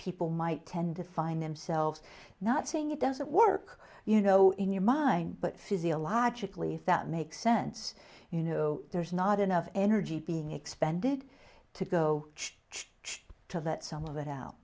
people might tend to find themselves not saying it doesn't work you know in your mind but physiologically if that makes sense you know there's not enough energy being expended to go try to that some of it out